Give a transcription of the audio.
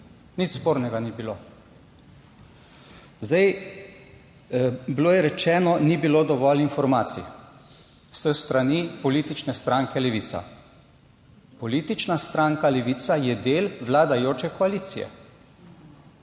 Nič spornega ni bilo. Bilo je rečeno, ni bilo dovolj informacij s strani politične stranke Levica. Politična stranka Levica je del vladajoče koalicije,